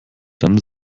dann